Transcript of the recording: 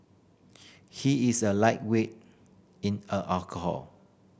he is a lightweight in are alcohol